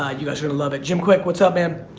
ah you guys are gonna love it. jim quick what's up man?